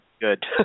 good